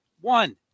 One